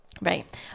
right